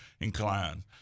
inclined